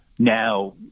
Now